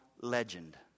legend